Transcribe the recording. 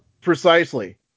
Precisely